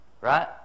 Right